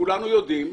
כולנו יודעים,